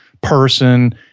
person